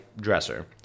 dresser